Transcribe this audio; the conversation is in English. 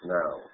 now